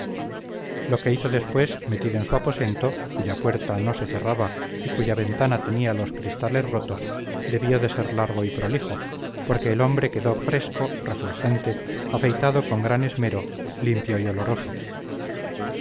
lo que hizo después metido en su aposento cuya puerta no se cerraba y cuya ventana tenía los cristales rotos debió de ser largo y prolijo porque el hombre quedó fresco refulgente afeitado con gran esmero limpio y oloroso